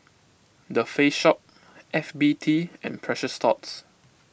the Face Shop F B T and Precious Thots